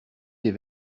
tes